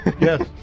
Yes